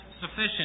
sufficient